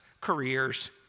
careers